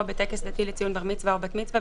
"בטקס דתי לציון בר מצווה או בת מצווה,